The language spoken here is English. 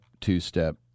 two-step